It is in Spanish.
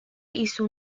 hizo